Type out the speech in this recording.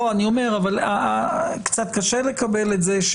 אבל אני אומר שקצת קשה לקבל את זה,